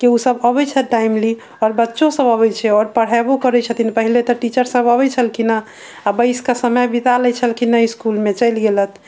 कि ओ सब अबैत छै टाइमली आओर बच्चो सब अबैत छै आओर पढेबो करैत छथिन पहिले तऽ टीचर सब अबैत छलखिन हँ आ बैस कऽ समय बीता लै छलखिन इसकुलमे चलि गेलथि